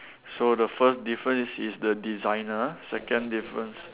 so the first difference is the designer second difference